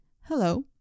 hello